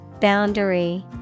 Boundary